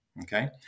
Okay